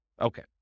Okay